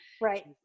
Right